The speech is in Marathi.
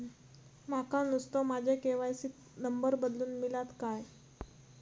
माका नुस्तो माझ्या के.वाय.सी त नंबर बदलून मिलात काय?